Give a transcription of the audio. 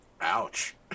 Ouch